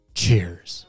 cheers